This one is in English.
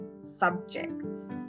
subjects